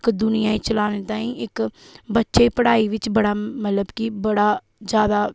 इक दुनियां गी चलाने ताईं इक बच्चे पढ़ाई बिच्च बड़ा मतलब कि बड़ा ज्यादा